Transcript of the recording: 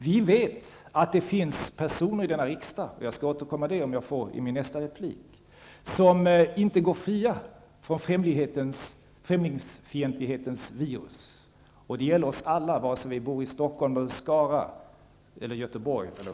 Vi vet att det finns personer i denna riksdag -- jag skall återkomma till detta i min nästa replik -- som inte går fria från främlingsfientlighetens virus. Det gäller oss alla, varesig vi bor i Stockholm, Skara, Göteborg eller